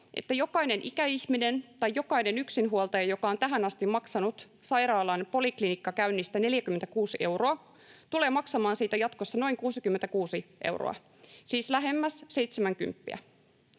että jokainen ikäihminen tai jokainen yksinhuoltaja, joka on tähän asti maksanut sairaalan poliklinikkakäynnistä 46 euroa, tulee maksamaan siitä jatkossa noin 66 euroa, siis lähemmäs